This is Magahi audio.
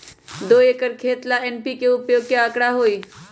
दो एकर खेत ला एन.पी.के उपयोग के का आंकड़ा होई?